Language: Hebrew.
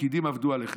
הפקידים עבדו עליכם.